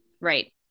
Right